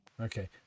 Okay